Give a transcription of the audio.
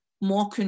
more